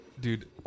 Dude